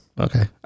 Okay